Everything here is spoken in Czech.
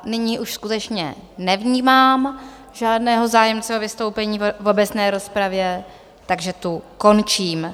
Nyní už skutečně nevnímám žádného zájemce o vystoupení v obecné rozpravě, takže ji končím.